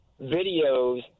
videos